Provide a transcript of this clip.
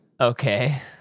Okay